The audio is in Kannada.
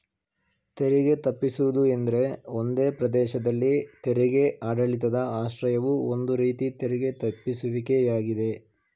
ತೆರಿಗೆ ತಪ್ಪಿಸುವುದು ಎಂದ್ರೆ ಒಂದೇ ಪ್ರದೇಶದಲ್ಲಿ ತೆರಿಗೆ ಆಡಳಿತದ ಆಶ್ರಯವು ಒಂದು ರೀತಿ ತೆರಿಗೆ ತಪ್ಪಿಸುವಿಕೆ ಯಾಗಿದೆ